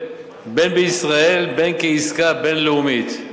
בין בישראל ובין כעסקה בין-לאומית.